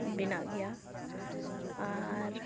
ᱵᱮᱱᱟᱜ ᱜᱮᱭᱟ ᱟᱨ